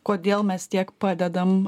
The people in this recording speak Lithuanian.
kodėl mes tiek padedam